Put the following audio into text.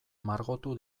margotu